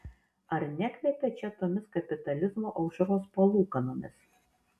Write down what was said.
ar nekvepia čia tomis kapitalizmo aušros palūkanomis